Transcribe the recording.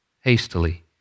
hastily